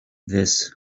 this